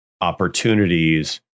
opportunities